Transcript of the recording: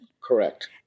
Correct